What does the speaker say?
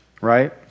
right